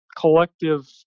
collective